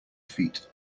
feet